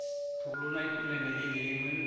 थब्ललायनाय गेलेयोमोन